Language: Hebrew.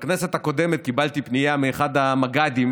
בכנסת הקודמת קיבלתי פנייה מאחד המג"דים